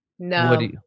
No